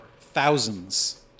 thousands